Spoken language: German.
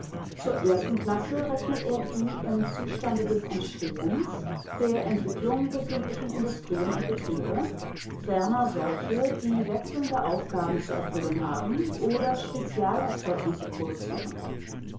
zur ersten klasse rechnet er die im zustande des entstehens der entwickelung befindlichen industrien und betriebe ferner solche die wechselnde aufgaben zu erfüllen haben oder spezialerzeugnisse produzieren